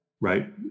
right